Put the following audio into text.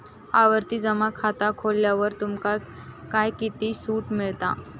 आवर्ती जमा खाता खोलल्यावर तुमका काय किती सूट मिळता?